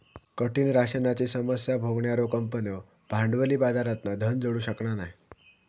कठीण राशनाची समस्या भोगणार्यो कंपन्यो भांडवली बाजारातना धन जोडू शकना नाय